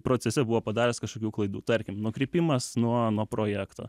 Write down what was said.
procese buvo padaręs kažkokių klaidų tarkim nukrypimas nuo nuo projekto